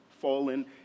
fallen